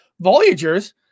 Voyagers